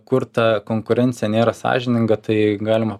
kur ta konkurencija nėra sąžininga tai galima